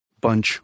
Bunch